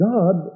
God